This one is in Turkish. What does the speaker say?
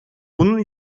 bunun